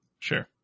sure